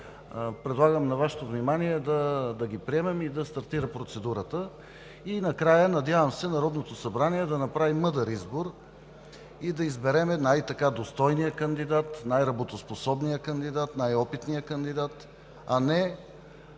Предлагам да ги приемем и да стартира процедурата. И накрая се надявам Народното събрание да направи мъдър избор и да изберем най-достойния кандидат, най-работоспособния кандидат, най-опитния кандидат, а не